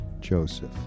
Joseph